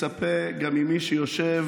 גם ממי שיושב